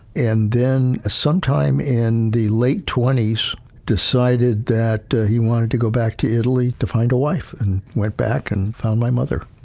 and then, sometime in the late twenty s, he decided that he wanted to go back to italy to find a wife, and went back and found my mother.